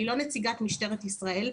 אני לא נציגת משטרת ישראל.